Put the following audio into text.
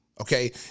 Okay